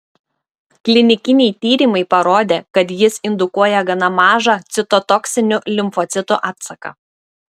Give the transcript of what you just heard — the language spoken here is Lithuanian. klinikiniai tyrimai parodė kad jis indukuoja gana mažą citotoksinių limfocitų atsaką